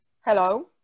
Hello